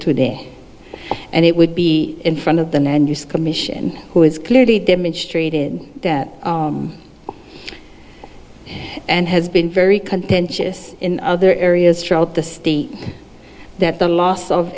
today and it would be in front of them and use commission who is clearly demonstrated that and has been very contentious in other areas throughout the state that the loss of